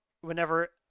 Whenever